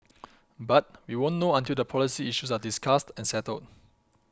but we won't know until the policy issues are discussed and settled